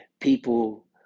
People